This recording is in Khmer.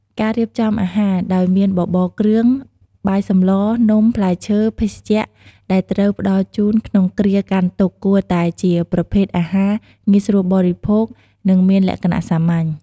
ការរៀបចំអាហារ ដោយមាន បបរគ្រឿង បាយសម្ល នំ ផ្លែឈើ ភេសជ្ជៈ ដែលត្រូវផ្តល់ជូនក្នុងគ្រាកាន់ទុក្ខគួរតែជាប្រភេទអាហារ ងាយស្រួលបរិភោគ និងមានលក្ខណៈសាមញ្ញ។